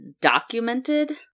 documented